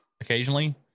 Occasionally